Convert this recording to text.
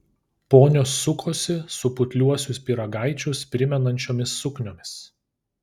ponios sukosi su putliuosius pyragaičius primenančiomis sukniomis